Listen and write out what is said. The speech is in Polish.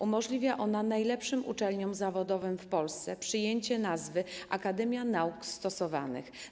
Umożliwia ona najlepszym uczelniom zawodowym w Polsce przyjęcie nazwy: akademia nauk stosowanych.